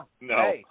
No